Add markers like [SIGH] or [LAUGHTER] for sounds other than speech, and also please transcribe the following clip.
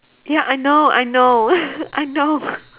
ya I know I know [LAUGHS] I know [LAUGHS]